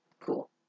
cool